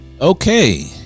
Okay